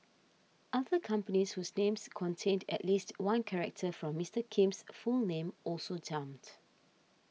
other companies whose names contained at least one character from Mister Kim's full name also jumped